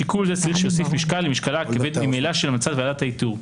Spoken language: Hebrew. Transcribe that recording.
שיקול זה צריך שיוסיף משקל למשקלה הכבד ממילא של המלצת ועדת האיתור,